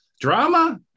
drama